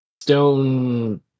stone